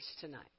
tonight